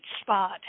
spot